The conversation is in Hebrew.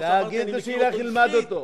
תגיד לו שילך ילמד אותו.